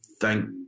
thank